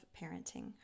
parenting